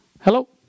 Hello